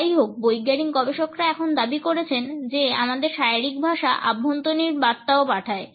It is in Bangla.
যাইহোক বৈজ্ঞানিক গবেষকেরা এখন দাবি করেছেন যে আমাদের শরীরের ভাষা অভ্যন্তরীণ বার্তাও পাঠায়